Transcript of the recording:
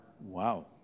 Wow